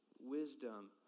wisdom